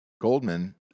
Goldman